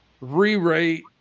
Re-rate